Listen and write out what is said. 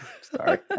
sorry